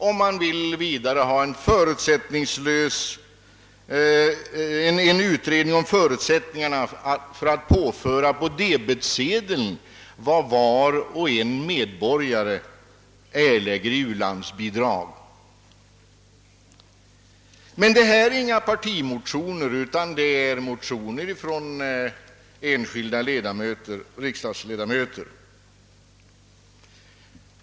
Vidare vill man ha en utredning om förutsättningarna för att på debetsedeln påföra vad varje medborgare erlägger i u-landsbidrag. Detta är inte förslag i några partimotioner utan i motioner från enskilda riksdagsledamöter.